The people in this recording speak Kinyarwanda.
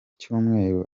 cyumweru